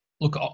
Look